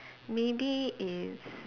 maybe it's